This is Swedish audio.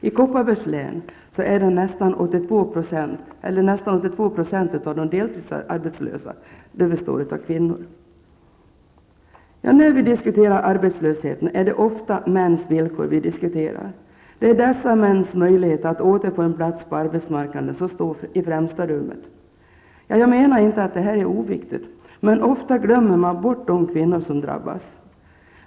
I Kopparbergs län är nästan 82 % av de deltidsarbetslösa kvinnor. När vi diskuterar arbetslösheten är det ofta mäns villkor vi diskuterar. Det är dessa mäns möjlighet att åter få en plats på arbetsmarknaden som står i främsta rummet. Jag menar inte att detta är oviktigt, men ofta glömmer man bort de kvinnor som drabbas.